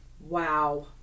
Wow